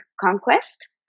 conquest